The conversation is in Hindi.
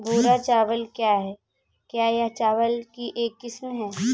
भूरा चावल क्या है? क्या यह चावल की एक किस्म है?